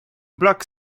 black